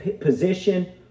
position